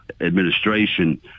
administration